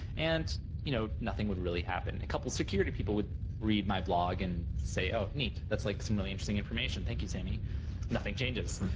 and you know, nothing would really happen. a couple of security people would read my blog and say, oh neat. that's like some really interesting information. thank you, samy. nothing changes,